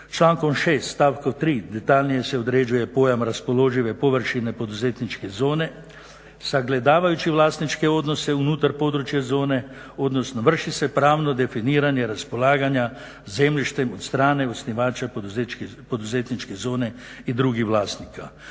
Člankom 6.stavkom 3.detaljnije se određuje pojam raspoložive površine poduzetničke zone, sagledavajući vlasničke odnose unutar područja zone odnosno vrši se pravno definiranje raspolaganja zemljištem od strane osnivača poduzetničke zone i drugih vlasnika.